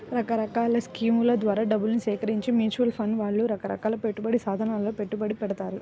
రకరకాల స్కీముల ద్వారా డబ్బు సేకరించి మ్యూచువల్ ఫండ్ వాళ్ళు రకరకాల పెట్టుబడి సాధనాలలో పెట్టుబడి పెడతారు